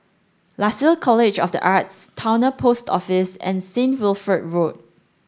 Lasalle College of the Arts Towner Post Office and Saint Wilfred Road